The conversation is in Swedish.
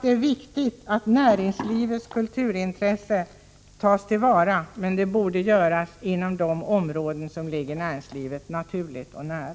Det är viktigt att näringslivets kulturintresse tas till vara, men insatserna borde kunna komma de anställda till del.